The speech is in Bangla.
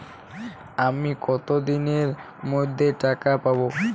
আমি কতদিনের মধ্যে টাকা পাবো?